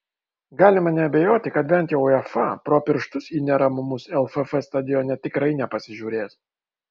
galima neabejoti kad bent jau uefa pro pirštus į neramumus lff stadione tikrai nepasižiūrės